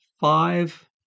five